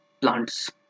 plants